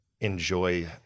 enjoy